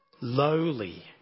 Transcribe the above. lowly